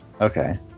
okay